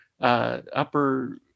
upper